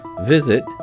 visit